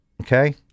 Okay